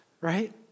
Right